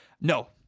no